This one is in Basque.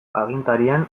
agintarien